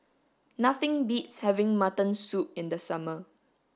nothing beats having mutton soup in the summer